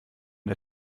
der